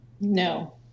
No